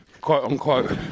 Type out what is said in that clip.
quote-unquote